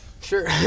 Sure